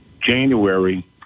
January